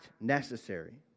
necessary